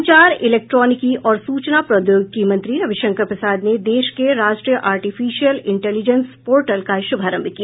संचार इलेक्ट्रॉनिकी और सूचना प्रौद्योगिकी मंत्री रविशंकर प्रसाद ने देश के राष्ट्रीय आर्टिफिशियल इंटेलिजेंस पोर्टल का शुभारंभ किया